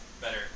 Better